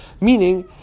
Meaning